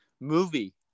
movie